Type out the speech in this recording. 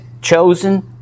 chosen